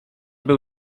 był